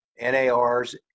NAR's